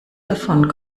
davon